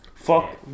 Fuck